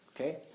okay